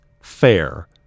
fair